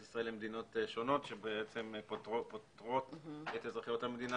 ישראל למדינות שונות שבעצם פוטרות את אזרחי המדינה